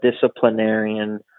disciplinarian